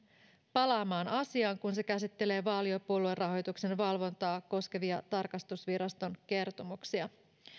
palaamaan asiaan kun se käsittelee vaali ja puoluerahoituksen valvontaa koskevia tarkastusviraston kertomuksia